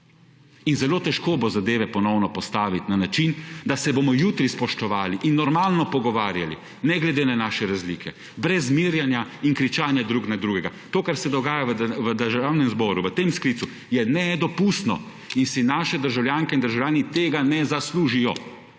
In zelo težko bo zadeve ponovno postaviti na način, da se bomo jutri spoštovali in normalno pogovarjali, ne glede na naše razlike brez zmerjanja in kričanja drug na drugega. To, kar se dogaja v Državnem zboru v tem sklicu je nedopustno in si naše državljanke in državljani tega ne zaslužijo.